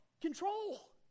control